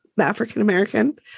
African-American